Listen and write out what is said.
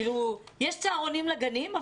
כאילו יש צהרונים לגנים,